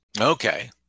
Okay